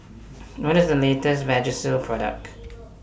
What IS The latest Vagisil Product